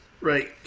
right